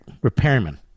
repairman